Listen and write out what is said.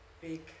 big